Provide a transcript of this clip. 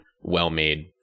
well-made